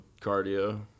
cardio